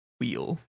wheel